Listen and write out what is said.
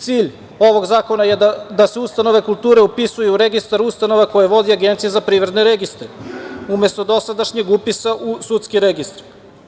Cilj ovog zakona je da se ustanove kulture upisuju u registar ustanova koje vodi Agencija za privredne registre umesto dosadašnjeg upisa u sudske registre.